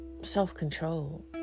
self-control